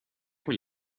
con